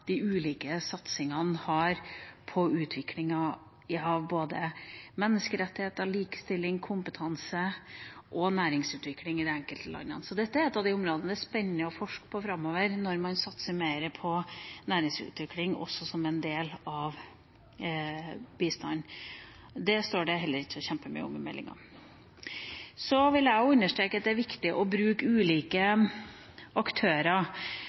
de ulike satsingene har på utviklingen – dette gjelder både menneskerettigheter, likestilling, kompetanse og næringsutvikling i de enkelte landene. Så dette er et av de områdene det er spennende å forske på framover når man satser mer på næringsutvikling også som en del av bistand. Det står det heller ikke så kjempemye om i meldinga. Så vil også jeg understreke at det er viktig å bruke ulike aktører.